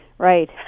Right